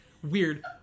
Weird